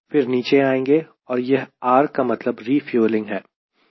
फिर नीचे आएँगे और यह R का मतलब रिफ्यूलिंग है